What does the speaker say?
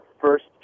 first